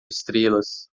estrelas